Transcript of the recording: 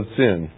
sin